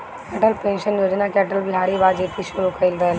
Atal pension योजना के अटल बिहारी वाजपयी शुरू कईले रलें